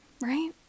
Right